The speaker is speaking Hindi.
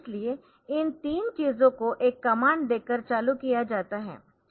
इसलिए इन तीन चीजों को एक कमांड देकर चालू किया जाता है